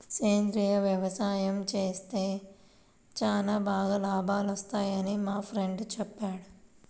సేంద్రియ యవసాయం చేత్తే చానా బాగా లాభాలొత్తన్నయ్యని మా ఫ్రెండు చెప్పాడు